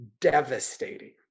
devastating